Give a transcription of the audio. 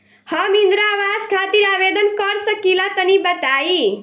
हम इंद्रा आवास खातिर आवेदन कर सकिला तनि बताई?